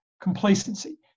complacency